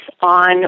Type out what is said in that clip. on